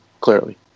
Clearly